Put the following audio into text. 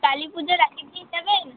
কালী পুজোর আগের দিন যাবেন